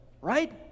right